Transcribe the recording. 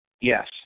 Yes